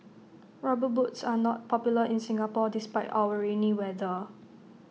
rubber boots are not popular in Singapore despite our rainy weather